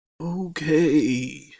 Okay